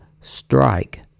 strike